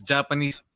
Japanese